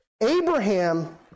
Abraham